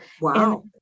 Wow